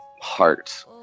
heart